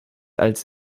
als